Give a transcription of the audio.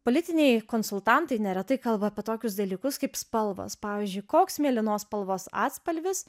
politiniai konsultantai neretai kalba apie tokius dalykus kaip spalvas pavyzdžiui koks mėlynos spalvos atspalvis